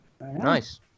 Nice